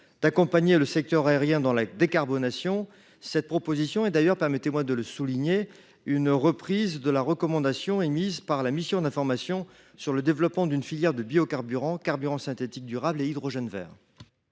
d’accompagner le secteur aérien dans la décarbonation. Cette proposition est d’ailleurs, permettez moi de le souligner à mon tour, une reprise de la recommandation émise par la mission d’information sénatoriale sur le développement d’une filière de biocarburants, carburants synthétiques durables et hydrogène vert.